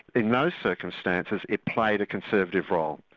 in those circumstances it played a conservative role.